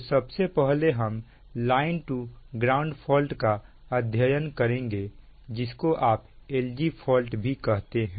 तो सबसे पहले हम लाइन टू ग्राउंड फॉल्ट का अध्ययन करेंगे जिसको आप L G फॉल्ट भी कहते हैं